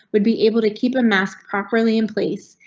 would be able to keep a mask properly in place,